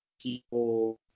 people